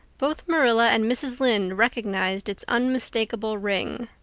both marilla and mrs. lynde recognized its unmistakable ring.